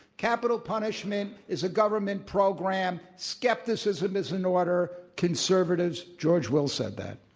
capital punishment is a government program. skepticism is in order. conservatives george will said that.